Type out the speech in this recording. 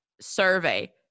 survey